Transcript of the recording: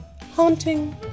Haunting